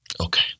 Okay